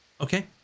Okay